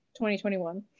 2021